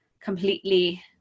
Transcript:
completely